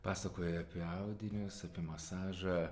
pasakojai apie audinius apie masažą